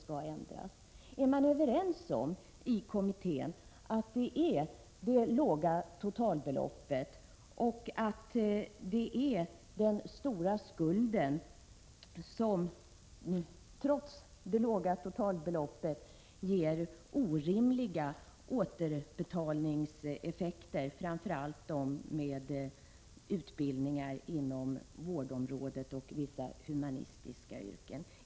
Är man i kommittén överens om att det som skall ändras är det låga totalbeloppet och den stora skuld som de studerande ikläder sig och som trots det låga totalbeloppet ger orimliga återbetalningseffekter, framför allt för dem som utbildar sig för yrken inom vårdområdet och för vissa humanistiska yrken?